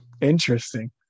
interesting